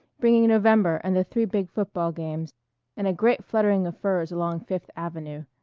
bringing november and the three big football games and a great fluttering of furs along fifth avenue.